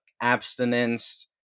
abstinence